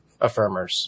affirmers